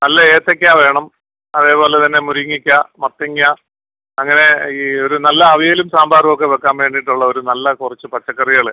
നല്ല ഏത്തയ്ക്ക വേണം അതേപോലെ തന്നെ മുരിങ്ങയ്ക്ക മത്തങ്ങ അങ്ങനെ ഈ ഒരു നല്ല അവിയലും സാമ്പാറുമൊക്കെ വെക്കാൻ വേണ്ടിയിട്ടുള്ള ഒരു നല്ല കുറച്ച് പച്ചക്കറികൾ